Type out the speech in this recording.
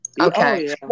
Okay